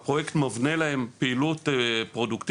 הפרויקט מבנה להם פעילות פרודוקטיבית,